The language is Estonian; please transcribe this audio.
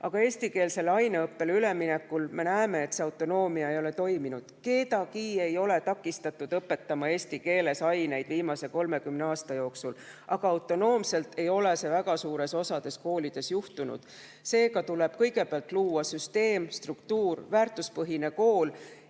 Aga eestikeelsele aineõppele üleminekul me näeme, et see autonoomia ei ole toiminud. Kedagi ei ole takistatud viimase 30 aasta jooksul õpetamast aineid eesti keeles, aga autonoomia tõttu ei ole see väga suures osas koolides juhtunud. Seega tuleb kõigepealt luua süsteem, struktuur, väärtuspõhine kool,